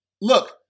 Look